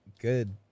good